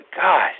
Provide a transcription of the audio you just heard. God